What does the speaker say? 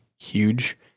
huge